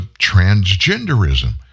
transgenderism